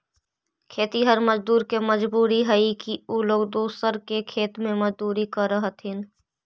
खेतिहर मजदूर के मजबूरी हई कि उ लोग दूसर के खेत में मजदूरी करऽ हथिन